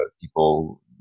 people